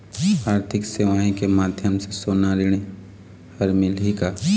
आरथिक सेवाएँ के माध्यम से सोना ऋण हर मिलही का?